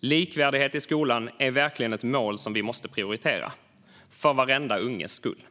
Likvärdighet i skolan är verkligen ett mål som vi måste prioritera, för varenda unges skull.